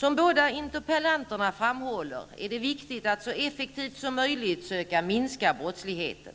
Som båda interpellanterna framhåller är det viktigt att så effektivt som möjligt söka minska brottsligheten.